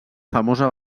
famosa